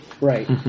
Right